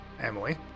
Emily